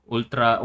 Ultra